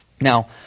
Now